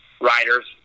riders